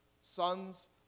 sons